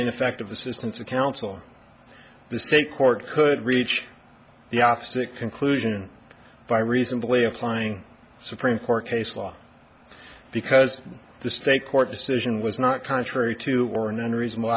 ineffective assistance of counsel the state court could reach the opposite conclusion by reasonably applying supreme court case law because the state court decision was not contrary to or an unreasonable